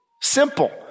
simple